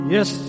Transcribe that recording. Yes